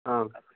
आम्